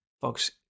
folks